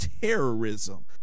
terrorism